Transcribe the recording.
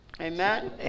Amen